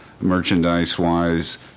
merchandise-wise